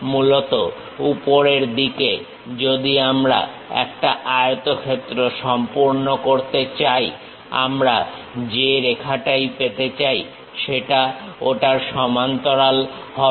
মূলত উপরের দিকে যদি আমি একটা আয়তক্ষেত্র সম্পূর্ণ করতে চাই আমরা যে রেখাটাই পেতে চাই সেটা ওটার সমান্তরাল হবে